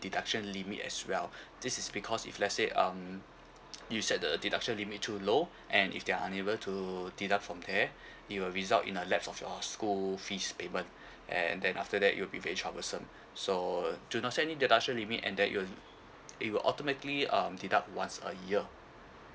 deduction limit as well this is because if let say um you set the deduction limit too low and if they are unable to deduct from there it will result in a lapse of your school fees payment and then after that it'll be very troublesome so do not set any deduction limit and that it'll it will automatically um deduct once a year